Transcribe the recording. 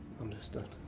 Understood